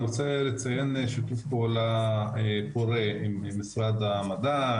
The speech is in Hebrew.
אני רוצה לציין את שיתוף הפעולה הפורה עם משרד המדע,